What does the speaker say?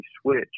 switch